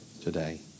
today